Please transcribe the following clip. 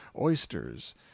oysters